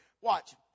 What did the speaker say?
Watch